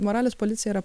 moralės policija yra